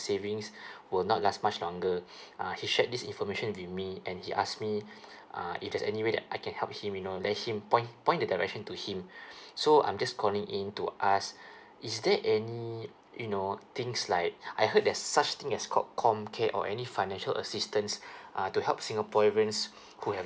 savings were not last much longer uh he shared this information with me and he asked me uh if there's anywhere that I can help him you know let him point point the direction to him so I'm just calling in to ask is there any you know things like I heard there's such thing as called comcare or any financial assistance uh to help singaporeans who have